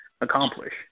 accomplish